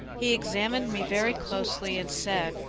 he examined me very closely and said